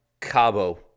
Cabo